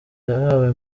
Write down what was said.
yahawe